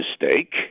mistake